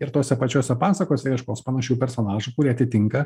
ir tose pačiose pasakose ieškos panašių personažų kurie atitinka